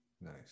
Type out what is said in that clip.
nice